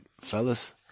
fellas